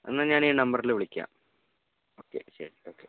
എന്നാൽ ഞാൻ ഈ നമ്പറിൽ വിളിക്കാം ഓക്കെ ശരി ഓക്കെ